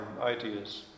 ideas